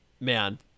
man